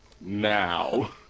now